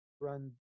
run